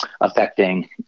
affecting